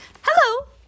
Hello